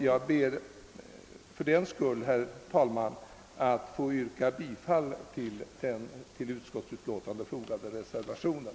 Jag ber, herr talman, att få yrka bifall till den vid utskottets utlåtande fogade reservationen.